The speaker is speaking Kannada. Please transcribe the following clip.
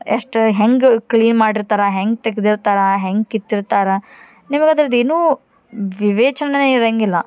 ಎಷ್ಟು ಹೆಂಗೆ ಕ್ಲೀನ್ ಮಾಡಿರ್ತಾರೆ ಹೆಂಗೆ ತೆಗ್ದಿರ್ತಾರೆ ಹೆಂಗೆ ಕಿತ್ತಿರ್ತಾರೆ ನಿಮಗೆ ಅದರ್ದು ಏನೂ ವಿವೇಚನೆಯೇ ಇರಂಗಿಲ್ಲ